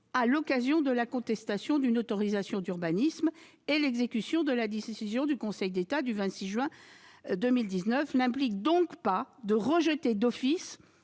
à l'occasion de la contestation d'une autorisation d'urbanisme, et l'exécution de la décision du Conseil d'État du 26 juin 2019 n'implique donc pas de rejeter d'office